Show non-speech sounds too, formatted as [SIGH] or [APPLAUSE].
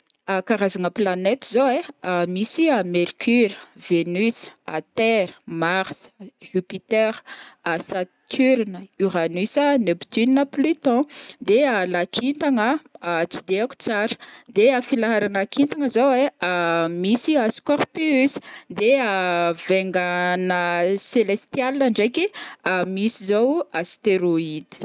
[HESITATION] karazagna planète zao ai, [HESITATION] misy Mercure, Vénus, [HESITATION] Terre, Mars, Jupiter, [HESITATION] Saturne, Uranus a,Neptune, Pluton, de [HESITATION] lakintagna [HESITATION] tsy de haiko tsara, de [HESITATION] filaharana kintagna zao ai [HESITATION] misy [HESITATION] scorpius, de [HESITATION] vainga- [HESITATION] ana selestialy ndraiky [HESITATION] misy zao o astéroïdes.